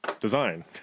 design